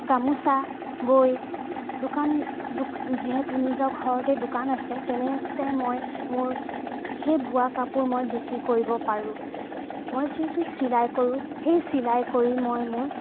গামোচা বৈ দোকান যিহেতু নিজৰ ঘৰতেই দোকান আছে তেনেতে মই মোৰ সেই বোৱা কাপোৰ মই বিক্ৰী কৰিব পাৰোঁ মই যিহেতু চিলাই কৰোঁ সেই চিলাই কৰি মই মোৰ